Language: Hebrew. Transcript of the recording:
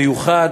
מיוחד